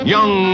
Young